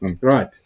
Right